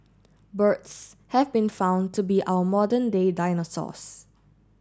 birds have been found to be our modern day dinosaurs